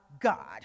God